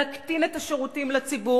להקטין את השירותים לציבור,